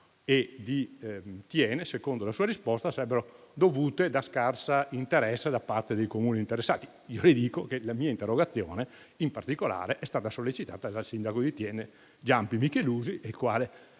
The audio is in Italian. e di Thiene, secondo la sua risposta, sarebbe dovuta a scarso interesse da parte dei Comuni interessati. Io le dico che la mia interrogazione, in particolare, è stata sollecitata dal sindaco di Thiene, Giampi Michelusi, il quale